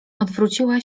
odwróciła